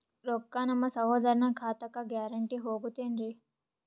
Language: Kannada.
ರೊಕ್ಕ ನಮ್ಮಸಹೋದರನ ಖಾತಕ್ಕ ಗ್ಯಾರಂಟಿ ಹೊಗುತೇನ್ರಿ?